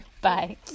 bye